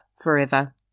forever